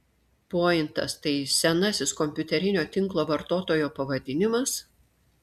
pointas tai senasis kompiuterinio tinklo vartotojo pavadinimas